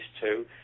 two